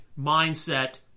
mindset